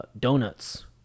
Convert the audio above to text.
donuts